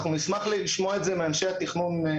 אנחנו נשמח לשמוע את זה מאנשי התכנון עצמם.